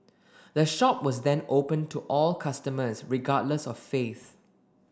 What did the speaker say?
the shop was then opened to all customers regardless of faith